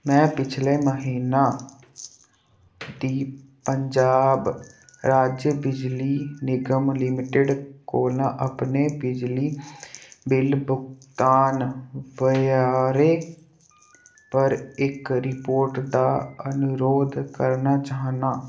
में पिछले म्हीना दी पंजाब राज्य बिजली निगम लिमिटेड कोला अपने बिजली बिल भुगतान ब्यौरे पर इक रिपोर्ट दा अनुरोध करना चाह्नां